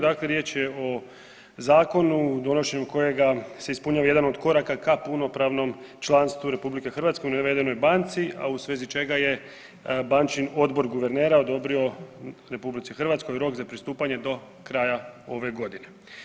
Dakle, riječ je o zakonu donošenju kojega se ispunjuje jedan od koraka ka punopravnom članstvu RH u navedenoj banci, a u svezi čega je bančin odbor guvernera odobrio RH rok za pristupanje do kraja ove godine.